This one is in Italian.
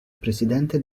presidente